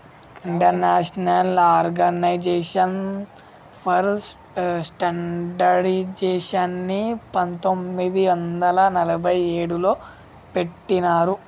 international organization for స్టాండర్డయిజేషన్ని పంతొమ్మిది వందల నలభై ఏడులో పెట్టినరు